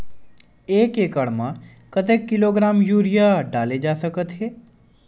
एक एकड़ म कतेक किलोग्राम यूरिया डाले जा सकत हे?